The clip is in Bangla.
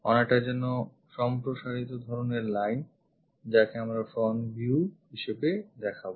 অনেকটা যেন সম্প্রসারিত ধরনের line যাকে আমরা front view হিসেবে দেখাবো